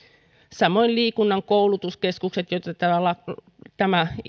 samoin liikunnan koulutuskeskukset joita tämä